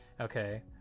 Okay